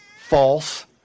false